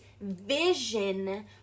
vision